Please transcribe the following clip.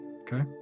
Okay